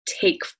take